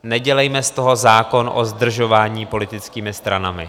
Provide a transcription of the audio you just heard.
Nedělejme z toho zákon o zdržování politickými stranami.